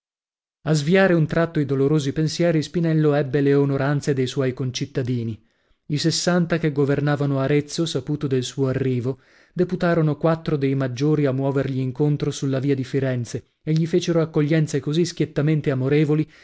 a sviare un tratto i dolorosi pensieri spinello ebbe le onoranze de suoi concittadini i sessanta che governavano arezzo saputo del suo arrivo deputarono quattro dei maggiori a muovergli incontro sulla via di firenze e gli fecero accoglienze così schiettamente amorevoli